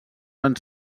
van